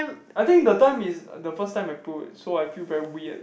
I think the time is the first time I put so I feel very weird